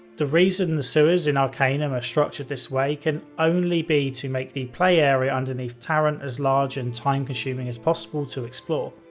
the reason the sewers in arcanum are kind of structured this way can only be to make the play area underneath tarant as large and time consuming as possible to explore.